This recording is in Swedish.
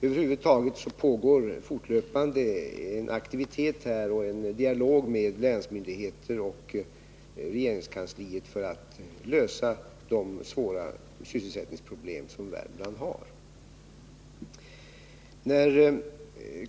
Över huvud taget pågår fortlöpande en aktivitet här och en dialog mellan länsmyndigheter och regeringskansliet för att lösa de svåra sysselsättningsproblem som Värmland har.